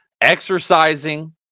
exercising